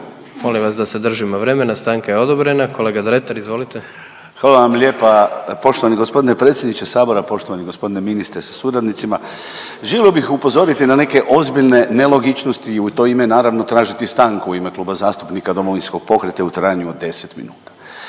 Molim vas da se držimo vremena. Stanka je odobrena. Kolega Dretar, izvolite. **Dretar, Davor (DP)** Hvala vam lijepa. Poštovani gospodine predsjedniče Sabora, poštovani gospodine ministre sa suradnicima želio bih upozoriti na neke ozbiljne nelogičnosti i u to ime naravno tražiti stanku u ime Kluba zastupnika Domovinskog pokreta u trajanju od 10 minuta.